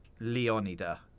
Leonida